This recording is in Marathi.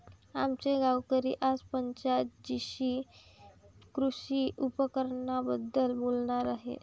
आमचे गावकरी आज पंचायत जीशी कृषी उपकरणांबद्दल बोलणार आहेत